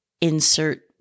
insert